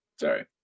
Sorry